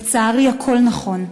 לצערי, הכול נכון.